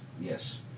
Yes